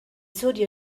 saudi